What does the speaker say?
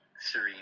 serene